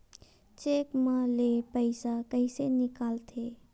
Cheque म ले पईसा कइसे निकलथे?